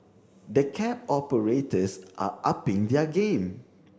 the cab operators are upping their game